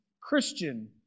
Christian